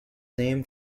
named